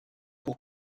pour